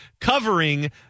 covering